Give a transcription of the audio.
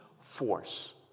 force